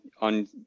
on